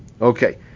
okay